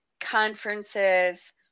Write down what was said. conferences